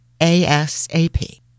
ASAP